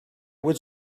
would